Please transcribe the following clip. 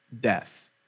death